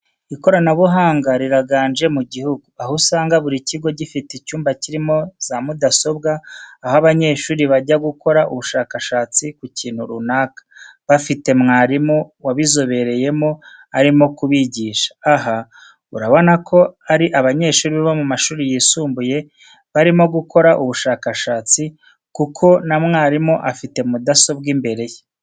Ikoranabuhanga riraganje mu gihugu, aho usanga buri kigo gifite icyumba kirimo za mudasobwa, aho abanyeshuri bajya gukora ubushakashatsi ku kintu runaka, bafite mwarimu wabizoberyemo arimo kubigisha. Aha urabona ko ari abanyeshuri bo mu mashuri yisumbuye, barimo gukora ubushakashatsi, kuko na mwarimu afite mudasobwa imbere ye.